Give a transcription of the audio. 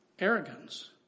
Arrogance